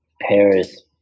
Paris